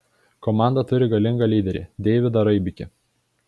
komanda turi galingą lyderį deividą raibikį